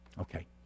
Okay